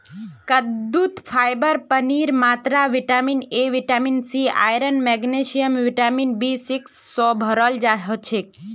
कद्दूत फाइबर पानीर मात्रा vitamin A vitamin C iron magnesium vitamin B six स भोराल हछेक